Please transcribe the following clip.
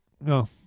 No